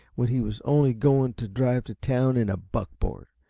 when he was only going to drive to town in a buckboard!